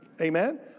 Amen